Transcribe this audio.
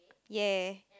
ya